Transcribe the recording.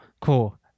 cool